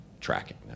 tracking